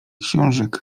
książek